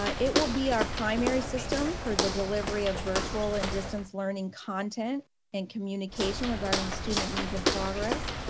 ah it will be our primary system for the delivery of virtual and distance learning content and communication regarding student and needs and progress.